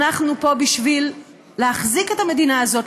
אנחנו פה בשביל להחזיק את המדינה הזאת,